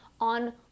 on